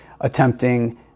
attempting